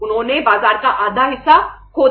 उन्होंने बाजार का आधा हिस्सा खो दिया